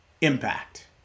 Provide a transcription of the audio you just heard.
Impact